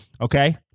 Okay